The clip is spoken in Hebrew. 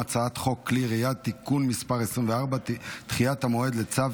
הצעת חוק כלי הירייה (תיקון מס' 24) (תיקון) (דחיית המועד לצו